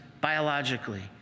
biologically